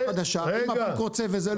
אם הבנק רוצה וזה לא רוצה?